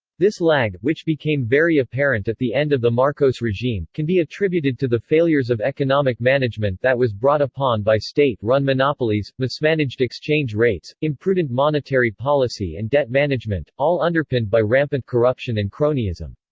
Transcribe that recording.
this lag, which became very apparent at the end of the marcos regime, can be attributed to the failures of economic management that was brought upon by state-run monopolies, mismanaged exchange rates, imprudent monetary policy and debt management, all underpinned by rampant corruption and cronyism,